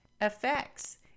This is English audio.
effects